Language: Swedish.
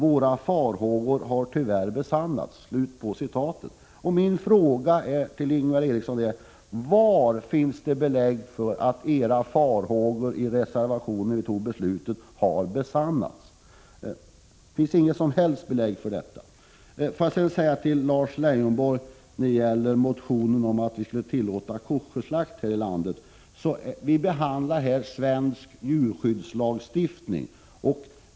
Våra förhågor har tyvärr besannats.” Min fråga till moderaternas talesman Ingvar Eriksson är: Var finns det belägg för att era farhågor i reservationen — då vi fattade beslutet — har besannats? Det finns inget som helst belägg för detta. Till Lars Leijonborg vill jag säga, när det gäller motionen om att vi skulle tillåta koscherslakt i vårt land, att vi här behandlar svensk djurskyddslagstiftning.